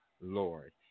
Lord